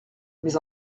mais